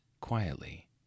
quietly